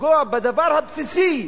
לפגוע בדבר הבסיסי,